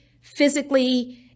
physically